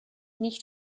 nicht